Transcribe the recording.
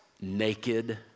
naked